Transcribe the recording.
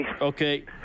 Okay